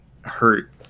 hurt